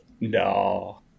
No